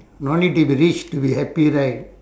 no need to be rich to be happy right